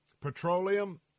petroleum